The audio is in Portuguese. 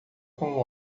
com